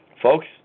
Folks